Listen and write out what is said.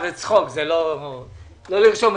משרד המשפטים זה לא אדמו"ר שאני בא אליו לבקש